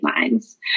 lines